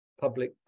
public